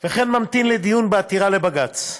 וממתין לדיון בעתירה לבג"ץ.